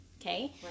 okay